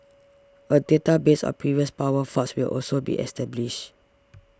a database of previous power faults will also be established